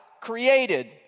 created